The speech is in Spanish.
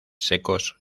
secos